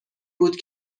بود